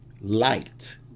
light